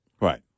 Right